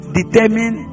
determine